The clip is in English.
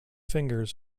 fingers